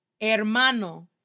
hermano